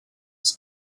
des